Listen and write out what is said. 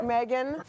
Megan